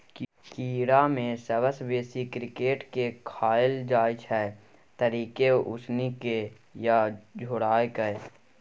कीड़ा मे सबसँ बेसी क्रिकेट केँ खाएल जाइ छै तरिकेँ, उसनि केँ या झोराए कय